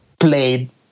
played